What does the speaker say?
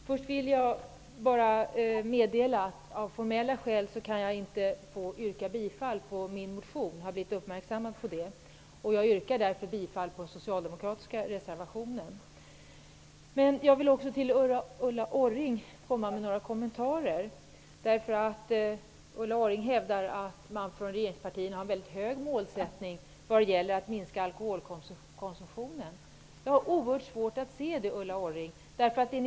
Fru talman! Jag vill meddela att jag har blivit uppmärksammad på att jag av formella skäl inte kan yrka bifall till min motion. Därför yrkar jag bifall till den socialdemokratiska reservationen. Till Ulla Orring vill jag rikta några kommentarer. Ulla Orring hävdar att man från regeringspartiernas sida har en mycket hög målsättning vad gäller att minska alkoholkonsumtionen. Jag har oerhört svårt att se det, Ulla Orring.